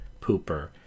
pooper